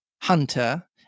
Hunter